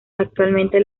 actualmente